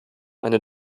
eine